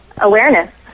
awareness